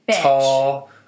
tall